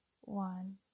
one